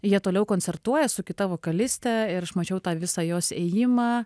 jie toliau koncertuoja su kita vokaliste ir aš mačiau tą visą jos ėjimą